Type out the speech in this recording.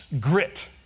grit